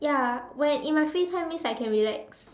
ya when in my free time means I can relax